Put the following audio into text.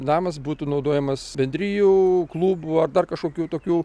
namas būtų naudojamas bendrijų klubų dar kažkokių tokių